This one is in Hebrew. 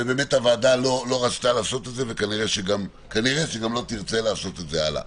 והוועדה לא רצתה לעשות את זה וכנראה שגם לא תרצה לעשות את זה הלאה.